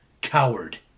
coward